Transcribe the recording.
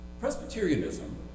Presbyterianism